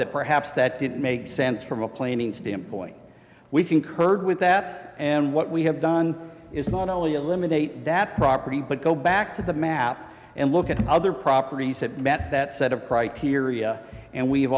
that perhaps that didn't make sense from a planing standpoint we concurred with that and what we have done is not only eliminate that property but go back to the map and look at other properties that met that set of criteria and we've